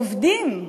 עובדים,